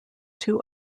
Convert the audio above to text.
two